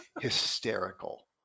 hysterical